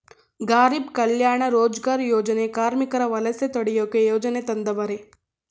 ಗಾರೀಬ್ ಕಲ್ಯಾಣ ರೋಜಗಾರ್ ಯೋಜನೆ ಕಾರ್ಮಿಕರ ವಲಸೆ ತಡಿಯೋಕೆ ಯೋಜನೆ ತಂದವರೆ